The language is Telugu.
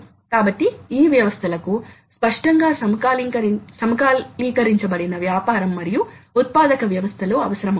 కాబట్టి అలా ఉన్నప్పుడు వేగ పరిధి పెద్దదిగా ఉండాలి కాని అది పెద్దగా ఉండవలసిన అవసరం లేదు